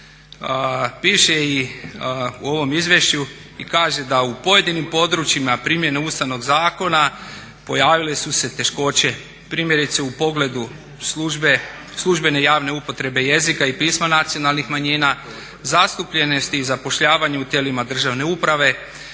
piše i u ovom izvješću i kaže da u pojedinim područjima primjene Ustavnog zakona pojavile su se teškoće. Primjerice u pogledu službene javne upotrebe jezika i pisma nacionalnih manjina, zastupljenosti i zapošljavanje u tijelima državne uprave,